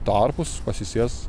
tarpus pasisės